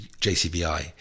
JCBI